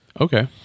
Okay